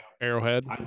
Arrowhead